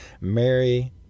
Mary